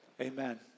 amen